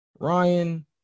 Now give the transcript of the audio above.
Ryan